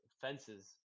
Fences